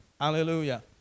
Hallelujah